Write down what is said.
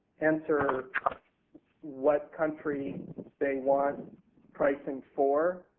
answer what country they want pricing for.